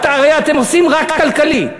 אתם עושים רע כלכלי,